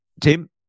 Tim